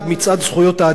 מצעד זכויות האדם.